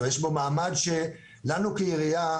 יש בו מעמד שלנו כעירייה,